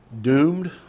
doomed